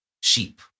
sheep